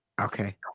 Okay